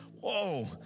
whoa